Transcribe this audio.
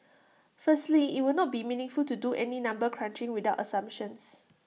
firstly IT would not be meaningful to do any number crunching without assumptions